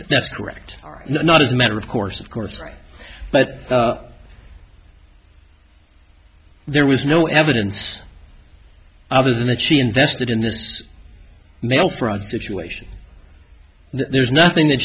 that's correct or not as a matter of course of course right but there was no evidence other than that she invested in this mail fraud situation there's nothing that